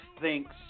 thanks